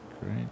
Great